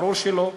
ברור שלא.